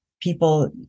people